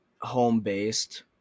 home-based